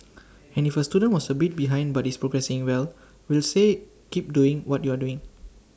and if A student was A bit behind but is progressing well we'll say keep doing what you're doing